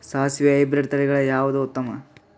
ಸಾಸಿವಿ ಹೈಬ್ರಿಡ್ ತಳಿಗಳ ಯಾವದು ಉತ್ತಮ?